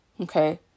Okay